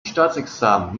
staatsexamen